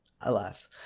alas